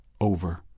over